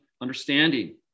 understanding